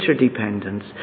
interdependence